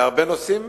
בהרבה נושאים,